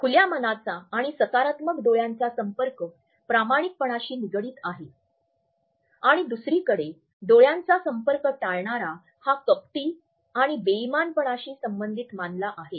खुल्या मनाचा आणि सकारात्मक डोळ्यांचा संपर्क प्रामाणिकपणाशी निगडित आहे आणि दुसरीकडे डोळ्यांचा संपर्क टाळणारा हा कपटी आणि बेईमानपणाशी संबंधित मानला आहे